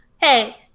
Hey